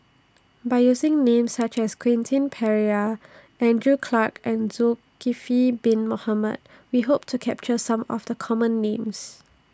By using Names such as Quentin Pereira Andrew Clarke and Zulkifli Bin Mohamed We Hope to capture Some of The Common Names